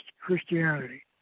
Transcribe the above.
Christianity